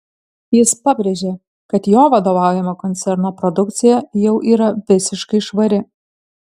jis pabrėžė kad jo vadovaujamo koncerno produkcija jau yra visiškai švari